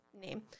name